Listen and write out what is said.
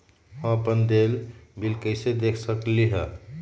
हम अपन देल बिल कैसे देख सकली ह?